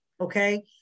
okay